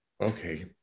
okay